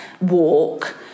walk